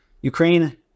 ukraine